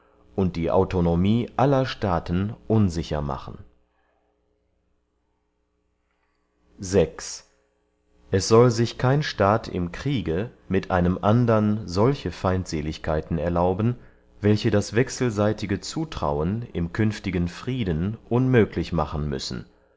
und die autonomie aller staaten unsicher machen es soll sich kein staat im kriege mit einem andern solche feindseligkeiten erlauben welche das wechselseitige zutrauen im künftigen frieden unmöglich machen müssen